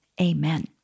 Amen